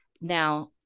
now